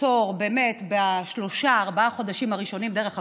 תור בשלושה-ארבעה חודשים דרך הקופות.